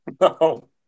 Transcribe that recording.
No